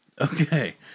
okay